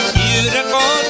beautiful